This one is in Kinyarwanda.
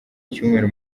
icyumweru